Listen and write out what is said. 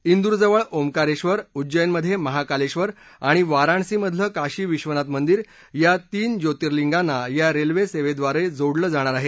इंदूरजवळ ओकारेश्वर उज्जैनमध्ये महाकालेश्वर आणि वाराणसीमधलं काशी विश्वनाथ मंदीर या तीन ज्योतिर्लिंगांना या रेल्वे सेवेद्वारे जोडले जाणार आहे